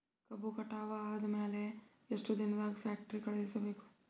ಕಬ್ಬು ಕಟಾವ ಆದ ಮ್ಯಾಲೆ ಎಷ್ಟು ದಿನದಾಗ ಫ್ಯಾಕ್ಟರಿ ಕಳುಹಿಸಬೇಕು?